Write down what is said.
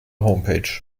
homepage